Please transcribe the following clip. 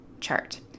chart